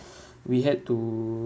we had to